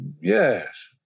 yes